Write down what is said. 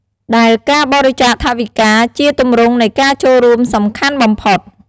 ដែលការបរិច្ចាគថវិកា ជាទម្រង់នៃការចូលរួមសំខាន់បំផុត។